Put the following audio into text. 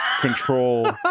control